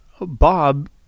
Bob